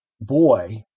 boy